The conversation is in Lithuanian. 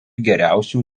geriausių